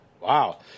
Wow